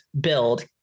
build